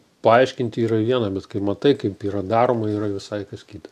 paaiškinti yra viena bet kai matai kaip yra daroma yra visai kas kita